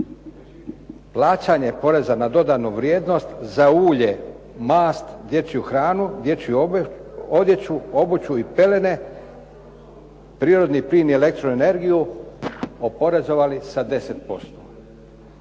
plaćanje poreza na dodanu vrijednost za ulje, mast, dječju hranu, dječju odjeću, obuću i pelene, prirodni plin i elektroenergiju, oporezovali sa 10%.